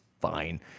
fine